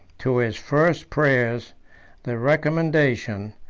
to his first prayers the recommendation,